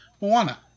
Moana